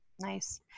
Nice